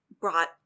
brought